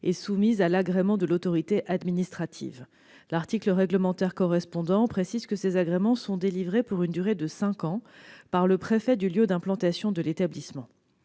est soumise à agrément de l'autorité administrative. L'article réglementaire correspondant précise que ces agréments « sont délivrés pour une durée de cinq ans par le préfet du lieu d'implantation de l'établissement